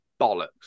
Bollocks